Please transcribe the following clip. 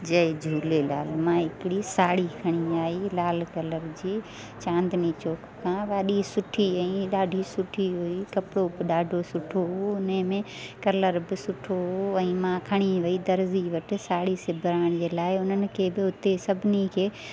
जय झूलेलाल मां हिकिड़ी साड़ी खणी आई लाल कलर जी चांदनी चौक खां ॾाढी सुठी ऐं ॾाढी सुठी हुई कपिड़ो बि ॾाढो सुठो हो उनमें कलर बि सुठो हो ऐं मां खणी वई दर्जी वटि साड़ी सिबरण जे लाइ उन्हनि खे बि उते सभिनी खे